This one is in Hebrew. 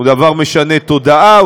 הוא דבר משנה תודעה,